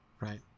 right